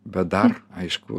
bet dar aišku